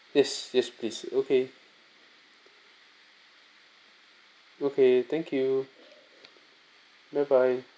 yes yes please okay okay thank you bye bye